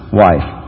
wife